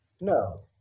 no